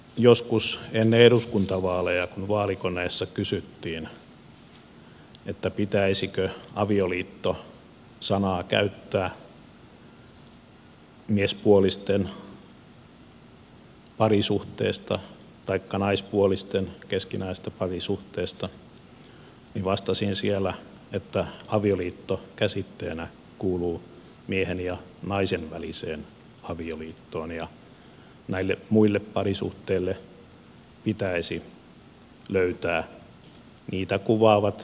joskus ennen eduskuntavaaleja kun vaalikoneessa kysyttiin pitäisikö sanaa avioliitto käyttää miespuolisten parisuhteesta taikka naispuolisten keskinäisestä parisuhteesta vastasin siellä että avioliitto käsitteenä kuuluu miehen ja naisen väliseen avioliittoon ja näille muille parisuhteille pitäisi löytää niitä kuvaavat sanat